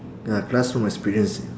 ya classroom experience